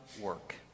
work